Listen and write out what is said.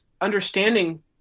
understanding